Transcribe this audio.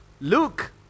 Luke